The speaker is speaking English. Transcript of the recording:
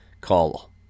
call